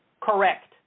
Correct